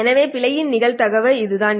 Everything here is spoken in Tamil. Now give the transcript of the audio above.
எனவே பிழையின் நிகழ்தகவு இதுதான்